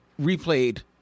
replayed